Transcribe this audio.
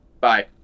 Bye